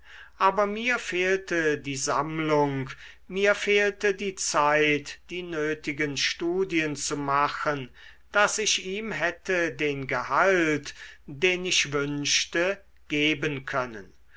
aber mir fehlte die sammlung mir fehlte die zeit die nötigen studien zu machen daß ich ihm hätte den gehalt den ich wünschte geben können